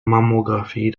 mammographie